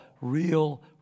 real